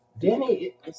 Danny